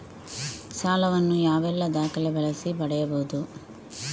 ಸಾಲ ವನ್ನು ಯಾವೆಲ್ಲ ದಾಖಲೆ ಬಳಸಿ ಪಡೆಯಬಹುದು?